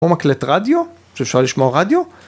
או מקלט רדיו, שאפשר לשמוע רדיו.